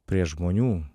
prie žmonių